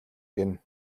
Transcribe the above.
гэнэ